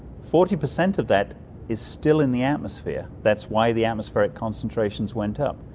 forty percent of that is still in the atmosphere, that's why the atmospheric concentrations went up.